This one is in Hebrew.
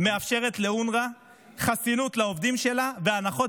מאפשרת לאונר"א חסינות לעובדים שלה והנחות,